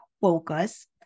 focus